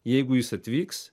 jeigu jis atvyks